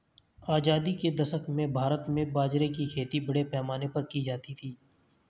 आजादी के दशक में भारत में बाजरे की खेती बड़े पैमाने पर की जाती थी